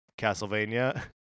Castlevania